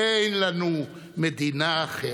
אין לנו מדינה אחרת.